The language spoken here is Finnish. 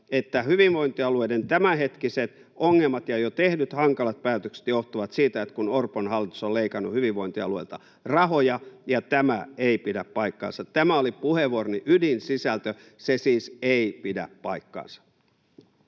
että hyvinvointialueiden tämänhetkiset ongelmat ja jo tehdyt hankalat päätökset johtuvat siitä, kun Orpon hallitus on leikannut hyvinvointialueilta rahoja, ja tämä ei pidä paikkaansa. Tämä oli puheenvuoroni ydinsisältö. Se siis ei pidä paikkaansa.